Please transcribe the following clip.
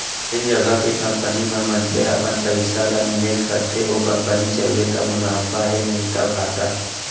जेन जघा के कंपनी म मनसे अपन पइसा ल निवेस करथे ओ कंपनी चलगे त मुनाफा हे नइते घाटा